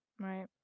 right